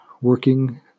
working